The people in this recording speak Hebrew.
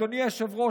אדוני היושב-ראש,